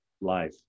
life